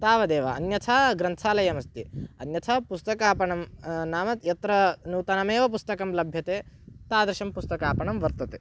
तावदेव अन्यथा ग्रन्थालयमस्ति अन्यथा पुस्तकापणं नाम यत्र नूतनमेव पुस्तकं लभ्यते तादृशं पुस्तकापणं वर्तते